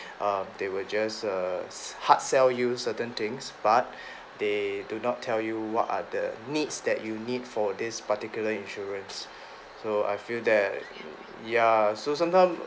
err they will just err hard sell you certain things but they do not tell you what are the needs that you need for this particular insurance so I feel that ya so sometime